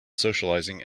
socializing